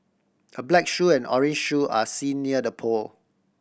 a black shoe and orange shoe are seen near the pole